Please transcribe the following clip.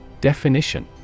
Definition